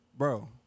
Bro